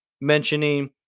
mentioning